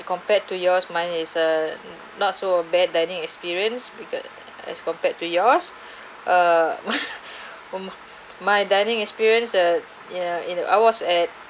compared to yours mine is a not so bad dining experience because as compared to yours err from my dining experience at ya in I was at